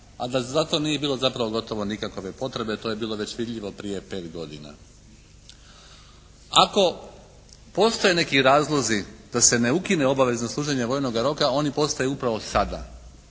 a da za to nije bilo zapravo gotovo nikakove potrebe, to je bilo već vidljivo prije pet godina. Ako postoje neki razlozi da se ne ukine obavezno služenje vojnoga roka oni postoje upravo sada.